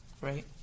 right